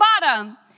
bottom